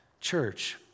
church